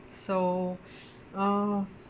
so uh